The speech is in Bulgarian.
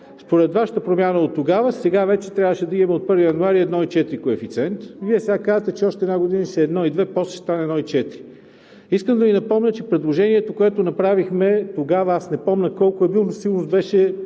Според Вашата промяна оттогава, сега вече трябваше да имаме от 1 януари – 1,4 коефициент. Вие сега казвате, че още една година ще е 1,2, а после ще стане 1,4. Искам да Ви напомня, че предложението, което направихме – тогава аз не помня колко е бил, но със сигурност беше поне